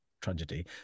tragedy